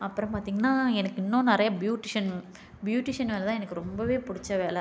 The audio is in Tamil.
அப்புறம் பார்த்திங்ன்னா எனக்கு இன்னும் நிறைய பியூட்டிசன் பியூட்டிசன் வேலை தான் எனக்கு ரொம்ப பிடிச்ச வேலை